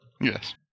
Yes